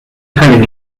telling